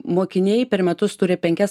mokiniai per metus turi penkias